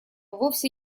вовсе